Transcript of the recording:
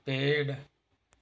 पेड़